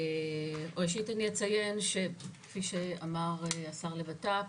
ראשית אני אציין שכפי שאמר השר לבט"פ,